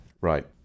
Right